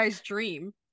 dream